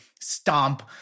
stomp